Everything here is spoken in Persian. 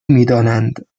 میدانند